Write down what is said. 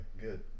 good